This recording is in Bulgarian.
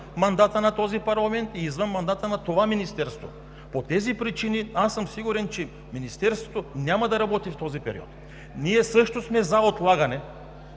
мандата на този парламент и извън мандата на това министерство. По тези причини аз съм сигурен, че Министерството няма да работи в този период. Ние също сме за отлагане,